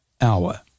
hour